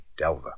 Delva